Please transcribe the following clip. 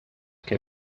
que